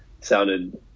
sounded